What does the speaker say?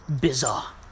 bizarre